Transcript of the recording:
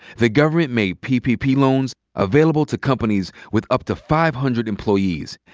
the government made ppp loans available to companies with up to five hundred employees.